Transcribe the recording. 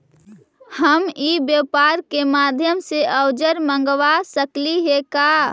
हम ई व्यापार के माध्यम से औजर मँगवा सकली हे का?